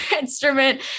instrument